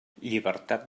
llibertat